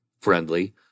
friendly